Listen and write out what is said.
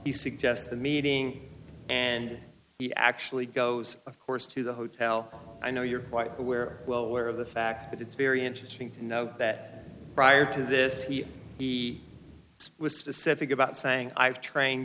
he suggests the meeting and he actually goes of course to the hotel i know you're quite aware well aware of the fact that it's very interesting to know that prior to this he was specific about saying i've trained